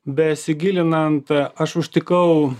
besigilinant aš užtikau